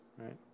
right